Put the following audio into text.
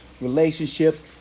relationships